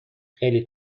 خیلی